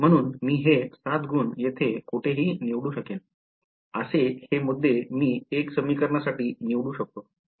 म्हणून मी हे 7 गुण येथे कोठेही निवडू शकेन असे हे मुद्दे मी 1 समीकरणासाठी निवडू शकतो